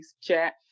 chat